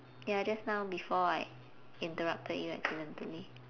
ya just now before I interrupted you accidentally